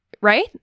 right